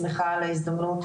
שכוח האדם יהיה יותר ראוי,